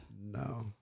No